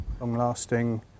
long-lasting